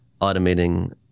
automating